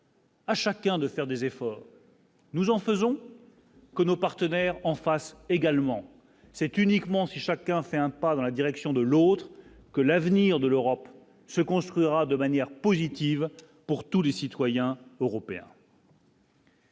à chacun de faire des efforts. Nous en faisons. Que nos partenaires en face également c'est uniquement si chacun fait un pas dans la direction de l'autre que l'avenir de l'Europe se construira de manière positive pour tous les citoyens européens.